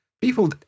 people